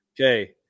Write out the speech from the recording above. Okay